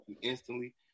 instantly